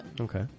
Okay